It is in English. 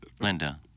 Linda